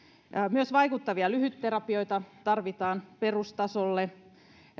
myös vaikuttavia lyhytterapioita tarvitaan perustasolle